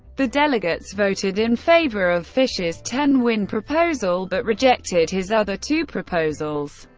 the delegates voted in favor of fischer's ten win proposal, but rejected his other two proposals,